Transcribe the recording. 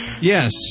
Yes